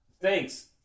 Thanks